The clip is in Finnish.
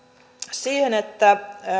siihen että